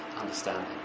understanding